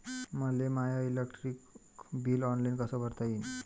मले my electric bill online कस भरता येईन?